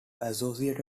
associated